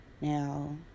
now